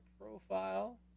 profile